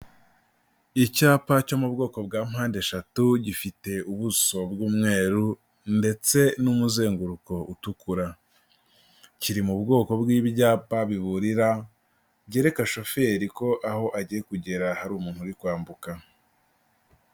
Icyapa cyo mu bwoko bwa mpande eshatu gifite ubuso bw'umweru ndetse n'umuzenguruko utukura, kiri mu bwoko bw'ibyapa biburira byereka shoferi ko aho agiye kugera hari umuntu uri kwambuka.